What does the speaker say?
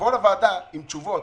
תבואו לוועדה עם תשובות.